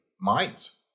minds